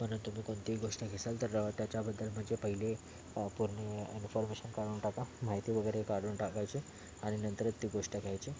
पण तुम्ही कोणतीही गोष्ट घ्याल तर त्याच्याबद्दल म्हणजे पहिले पूर्ण इन्फॉर्मेशन काढून टाका माहिती वगैरे काढून टाकायची आणि नंतरच ती गोष्ट घ्यायची